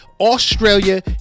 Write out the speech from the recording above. Australia